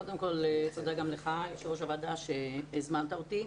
תודה גם לך יושב ראש הוועדה שהזמנת אותי.